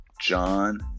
John